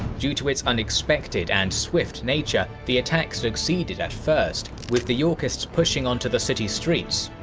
due to its unexpected and swift nature, the attack succeeded at first, with the yorkists pushing onto the city streets.